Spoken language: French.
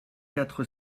quatre